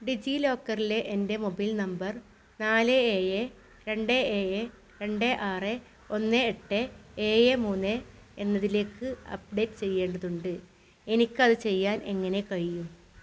ഡിജി ലോക്കറിലെ എൻ്റെ mobile number നാല് ഏഴ് രണ്ട് ഏഴ് രണ്ട് ആറ് ഒന്ന് എട്ട് ഏഴ് മൂന്ന് എന്നതിലേക്ക് അപ്ഡേറ്റ് ചെയ്യേണ്ടതുണ്ട് എനിക്കത് ചെയ്യാൻ എങ്ങനെ കഴിയും